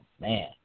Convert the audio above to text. man